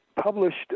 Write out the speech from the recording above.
published